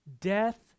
Death